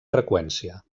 freqüència